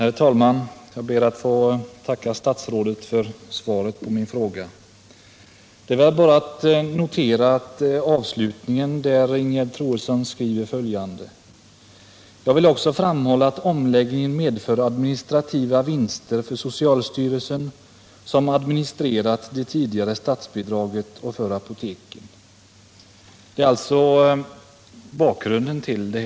Herr talman! Jag ber att få tacka statsrådet för svaret på min fråga. Det är bara att notera avslutningen där Ingegerd Troedsson skriver följande: ”Jag vill också framhålla att omläggningen medför administrativa vinster för socialstyrelsen, som administrerat det tidigare statsbidraget, och för apoteken.” Det är alltså bakgrunden.